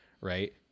right